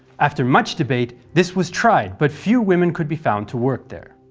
after much debate this was tried but few women could be found to work there.